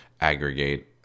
aggregate